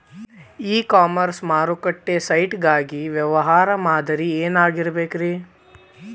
E commerce ಮಾರುಕಟ್ಟೆ site ಗಾಗಿ ವ್ಯವಹಾರ ಮಾದರಿ ಏನಾಗಿರಬೇಕ್ರಿ?